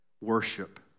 worship